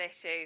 issue